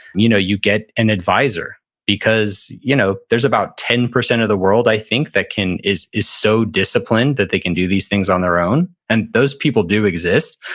you know you get an advisor because you know there's about ten percent of the world, i think, that is is so disciplined that they can do these things on their own. and those people do exist,